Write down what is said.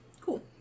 Cool